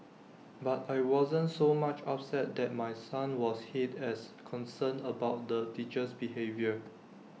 but I wasn't so much upset that my son was hit as concerned about the teacher's behaviour